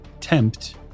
tempt